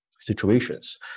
situations